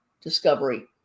discovery